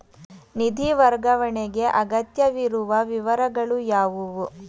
ನಿಧಿ ವರ್ಗಾವಣೆಗೆ ಅಗತ್ಯವಿರುವ ವಿವರಗಳು ಯಾವುವು?